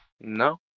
No